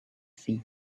sea